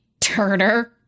Turner